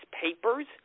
papers